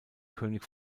könig